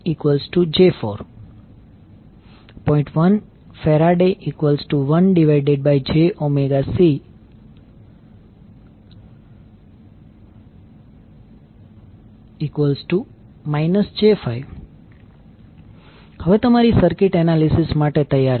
1F1jωC j5 હવે તમારી circuit analysis માટે તૈયાર છે